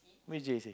which J_C